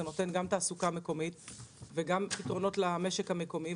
זה נותן גם תעסוקה מקומית וגם פתרונות למשק המקומי.